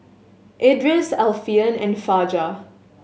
Idris Alfian and Fajar